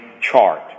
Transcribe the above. chart